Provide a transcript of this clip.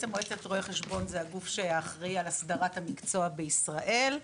מועצת רואי החשבון היא הגוף שאחראי על הסדרת המקצוע בישראל.